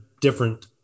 different